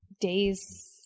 days